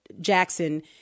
Jackson